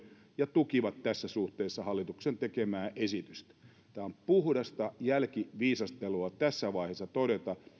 ja tukivat tässä suhteessa hallituksen tekemää esitystä on puhdasta jälkiviisastelua tässä vaiheessa todeta